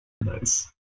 Nice